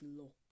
law